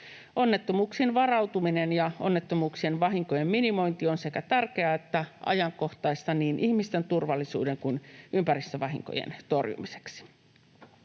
Onnettomuuksiin varautuminen ja onnettomuuksien vahinkojen minimointi on sekä tärkeää että ajankohtaista niin ihmisten turvallisuuden kuin ympäristövahinkojen torjumiseksi.